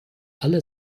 alle